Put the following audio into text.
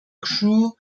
crew